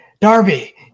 Darby